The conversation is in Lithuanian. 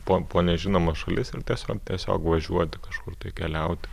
po po nežinomas šalis ir tiesiog tiesiog važiuoti kažkur keliauti